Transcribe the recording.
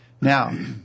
Now